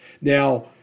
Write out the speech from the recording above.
Now